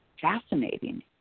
fascinating